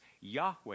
Yahweh